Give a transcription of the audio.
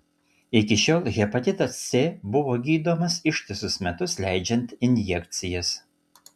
iki šiol hepatitas c buvo gydomas ištisus metus leidžiant injekcijas